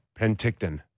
Penticton